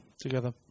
together